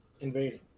invading